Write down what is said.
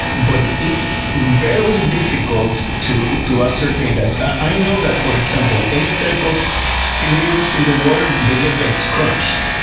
but it's very difficult to to ascertain that. i know that, for example, any type of stimulus in the water, they get like scrunched,